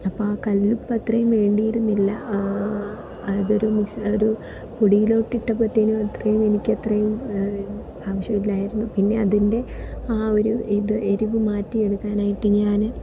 അപ്പോൾ കല്ലുപ്പ് അത്രയും വേണ്ടിയിരുന്നില്ല അതൊരു പൊടിയിലോട്ടിട്ടപ്പത്തേനും അത്രയും എനിക്കത്രയും ആവശ്യമില്ലായിരുന്നു പിന്നെ അതിൻ്റെ ആ ഒരു ഇത് എരിവ് മാറ്റിയെടുക്കാനായിട്ട് ഞാൻ